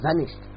vanished